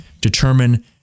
determine